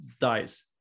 dies